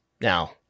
Now